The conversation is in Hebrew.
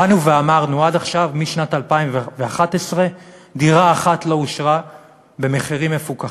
באנו ואמרנו: משנת 2011 ועד עכשיו דירה אחת לא אושרה במחירים מפוקחים.